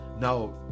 now